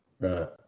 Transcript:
Right